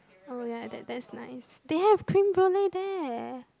oh ya that that's nice they have creme brulee there